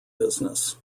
business